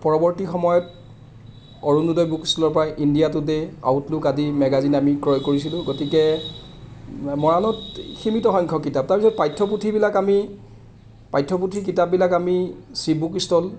পৰৱৰ্তী সময়ত অৰুনোদয় বুক ষ্টলৰ পৰা ইণ্ডিয়া টুডে আউটলুক আদি মেগাজিন আমি ক্ৰয় কৰিছিলোঁ গতিকে মৰাণত সীমিত সংখ্যক কিতাপ তাৰপিছত পাঠ্যপুথিবিলাক আমি পাঠ্যপুথি কিতাপবিলাক আমি চি বুক ষ্টল